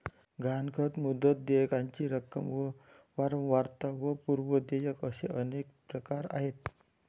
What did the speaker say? गहाणखत, मुदत, देयकाची रक्कम व वारंवारता व पूर्व देयक असे अनेक प्रकार आहेत